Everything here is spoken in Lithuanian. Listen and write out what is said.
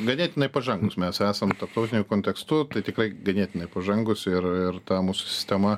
ganėtinai pažangūs mes esam tarptautiniu kontekstu tai tikrai ganėtinai pažangūs ir ir ta mūsų sistema